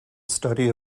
study